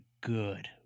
good